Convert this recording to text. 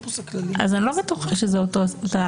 אז אני לא בטוחה שזו אותה סיטואציה.